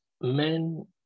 men